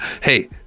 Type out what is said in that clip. Hey